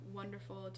wonderful